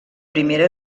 primera